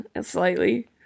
slightly